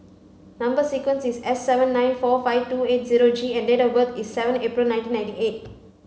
number sequence is S seven nine four five two eight zero G and date of birth is seven April nineteen ninety eight